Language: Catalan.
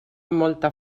molta